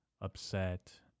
upset